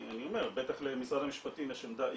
בטח למשרד המשפטים יש עמדה X,